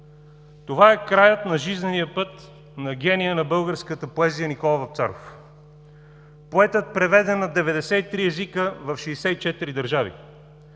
Това е краят на жизнения път на гения на българската поезия Никола Вапцаров – поетът, преведен на 93 езика в 64 държави,